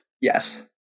Yes